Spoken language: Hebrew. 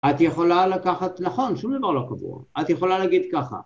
את יכולה לקחת, נכון שום דבר לא קבוע, את יכולה להגיד ככה